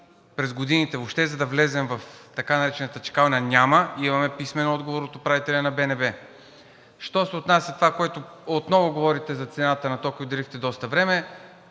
през годините, за да влезем в така наречената чакалня, въобще няма – имаме писмен отговор от управителя на БНБ. Що се отнася до това, което отново говорите за цената на тока и отделихте доста време,